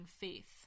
faith